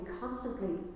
constantly